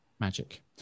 Magic